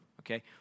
Okay